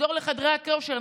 נחזור לחדרי הכושר,